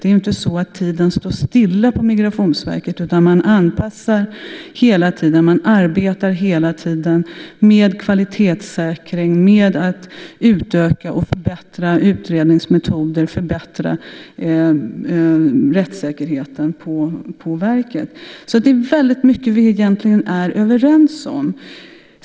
Det är ju inte så att tiden står stilla på Migrationsverket, utan Migrationsverket arbetar hela tiden med kvalitetssäkring, med att utöka och förbättra utredningsmetoder och förbättra rättssäkerheten. Det är alltså väldigt mycket som vi egentligen är överens om.